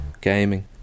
gaming